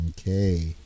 okay